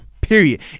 period